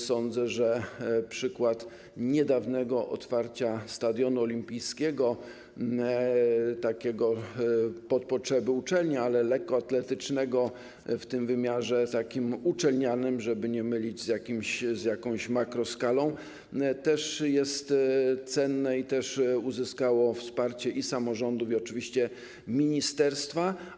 Sądzę, że przykład niedawnego otwarcia stadionu olimpijskiego, takiego na potrzeby uczelni, ale lekkoatletycznego, w wymiarze uczelnianym, żeby nie mylić z jakąś makroskalą, też jest cenne i też uzyskało wsparcie i samorządu, i oczywiście ministerstwa.